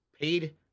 paid